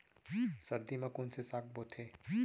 सर्दी मा कोन से साग बोथे?